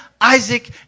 Isaac